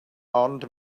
ond